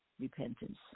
repentance